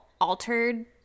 Altered